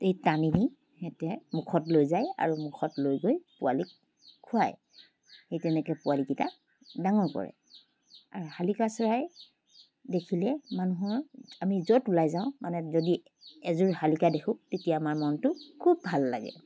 এই টানি নি সিহঁতে মুখত লৈ যায় আৰু মুখত লৈ গৈ পোৱালিক খোৱায় সেই তেনেকৈ পোৱালীকেইটা ডাঙৰ কৰে আৰু শালিকা চৰাই দেখিলে মানুহৰ আমি য'ত ওলাই যাওঁ মানে যদি এযোৰ শালিকা দেখোঁ তেতিয়া আমাৰ মনটো খুব ভাল লাগে